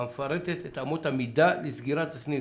המפרטת את אמות המידה לסגירת סניף.